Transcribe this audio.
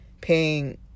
paying